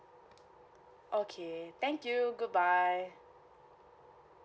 okay thank you goodbye